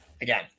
Again